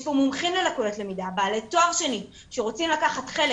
יש פה מומחים ללקויות למידה בעלי תואר שני שרוצים לקחת חלק